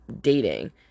dating